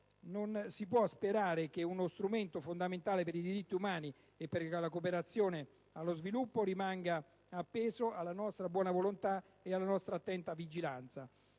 non si può sperare che uno strumento fondamentale per i diritti umani e per la cooperazione allo sviluppo rimanga appeso alla nostra buona volontà e alla nostra attenta vigilanza.